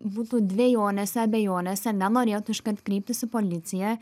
būtų dvejonėse abejonėse nenorėtų iškart kreiptis į policiją